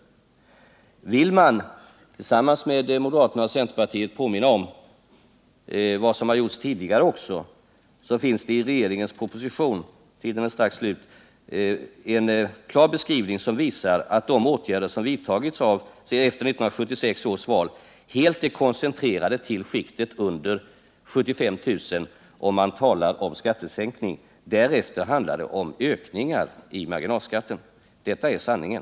För att påminna om vad folkpartiet gjort tidigare tillsammans med moderaterna och centerpartiet vill jag nämna att det finns i regeringens proposition en beskrivning som visar att de åtgärder som vidtagits efter 1976 års val helt är koncentrerade till skiktet under 75 000, om man talar om skattesänkningar. Ovanför det beloppet handlar det om ökningar i marginalskatten. Detta är sanningen.